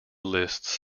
lists